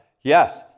Yes